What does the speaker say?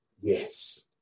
Yes